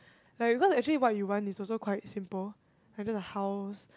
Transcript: like because actually what we want is also quite simple like just a house